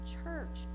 church